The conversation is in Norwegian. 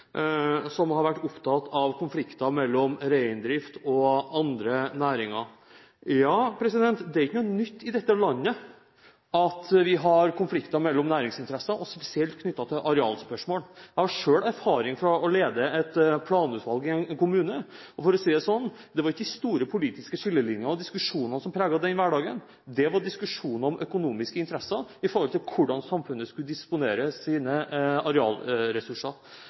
som har vært opptatt av konflikter mellom reindrift og andre næringer: Det er ikke noe nytt i dette landet at vi har konflikter mellom næringsinteresser, spesielt knyttet til arealspørsmål. Jeg har selv erfaring fra å lede et planutvalg i en kommune. For å si det sånn: Det var ikke de store politiske skillelinjer og diskusjoner som preget den hverdagen. Det var diskusjoner om økonomiske interesser i forhold til hvordan samfunnet skulle disponere sine arealressurser.